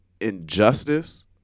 injustice